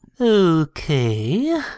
Okay